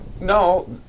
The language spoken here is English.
No